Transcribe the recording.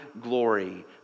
glory